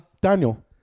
Daniel